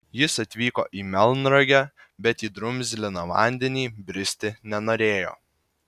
jis atvyko į melnragę bet į drumzliną vandenį bristi nenorėjo